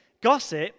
gossip